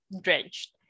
drenched